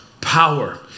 power